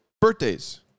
birthdays